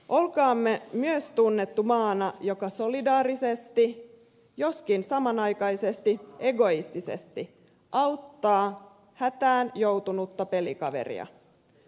olkaamme myös tunnettu maana joka solidaarisesti joskin samanaikaisesti egoistisesti auttaa hätään joutunutta pelikaveria